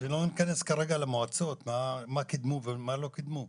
לא ניכנס כרגע למועצות, מה קידמו ומה לא קידמו.